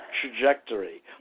trajectory